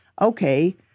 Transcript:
Okay